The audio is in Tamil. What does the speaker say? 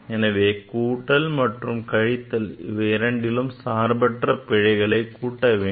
எனவே கூட்டல் மற்றும் கழித்தல் இவை இரண்டிலும் சார்பற்ற பிழைகளை கூட்டவேண்டும்